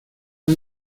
han